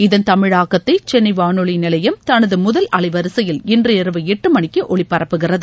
இதன் தமிழாக்கத்தை சென்னை வானொலி நிலையம் தனது முதல் அலைவரிசையில் இன்று இரவு எட்டுமணிக்கு ஒலிபரப்புகிறது